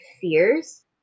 fears